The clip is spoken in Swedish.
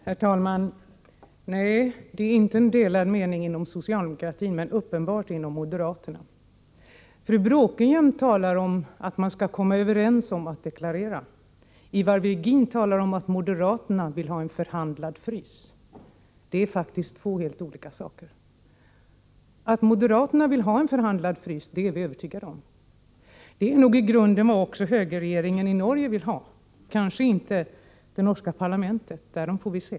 Herr talman! Nej, det råder inte delade meningar inom socialdemokratin, men uppenbarligen inom moderata samlingspartiet. Fru Bråkenhielm talar om att man skall komma överens om att deklarera en ”frys”. Ivar Virgin talar om att moderaterna vill ha en ”förhandlad frys”, men det är faktiskt två helt olika saker. Vi är övertygade om att moderaterna vill ha en ”förhandlad frys”. Det är nog i grunden också vad högerregeringen i Norge vill ha — men kanske inte det norska parlamentet. Det får vi se.